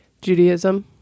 Judaism